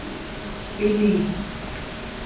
ॿिली